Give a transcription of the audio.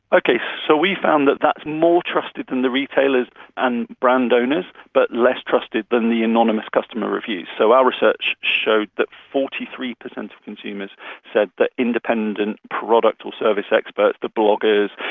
okay, so we found that that's more trusted than the retailers and brand owners, but less trusted than the anonymous customer reviews. so our research showed that forty three percent of consumers said that independent product or service experts, the bloggers,